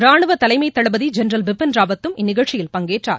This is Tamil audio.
ராணுவ தலைமை தளபதி ஜெனரல் பிபின் ராவத்தம் இந்நிகழ்ச்சியில் பங்கேற்றார்